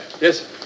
Yes